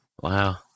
Wow